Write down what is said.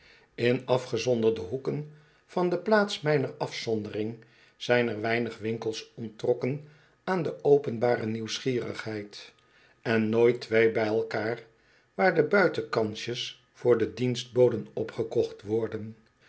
in afgezonderde hoeken van de plaats mijner afzondering zijn er weinig winkels onttrokken aan de openbare nieuwsgierigheid en nooit twee bij elkaar waar de buitenkansjes voor de dienstboden opgekocht worden